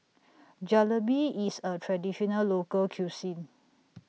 Jalebi IS A Traditional Local Cuisine